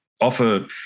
offer